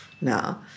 now